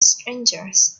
strangers